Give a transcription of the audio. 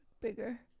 bigger